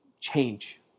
change